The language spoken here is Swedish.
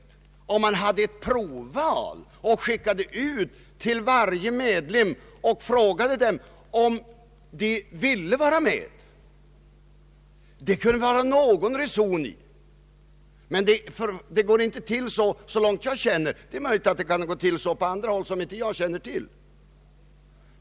Om man hade ett provval och skickade ut en förfrågan till varje medlem om han ville vara med kunde det vara någon reson i tillvägagångssättet. Men det går inte till på det sättet, såvitt jag känner till. Det är möjligt att det kan ha gått till så på andra håll, som jag inte vet något om.